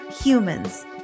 humans